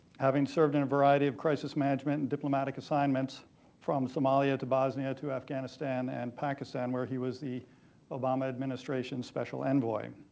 having served in a variety of crisis management and diplomatic assignments from somalia, to bosnia, to afghanistan and pakistan, where he was the obama administrations special envoy.